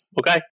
okay